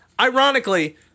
ironically